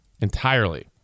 Entirely